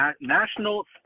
National